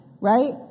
right